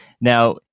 now